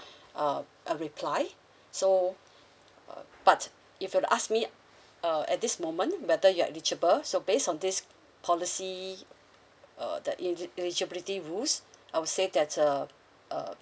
uh a reply so uh but if you ask me uh at this moment whether you are eligible so based on this policy err the eli~ eligibility rules I would say that uh uh